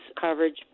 coverage